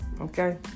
Okay